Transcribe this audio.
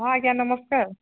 ହଁ ଆଜ୍ଞା ନମସ୍କାର